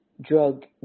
drug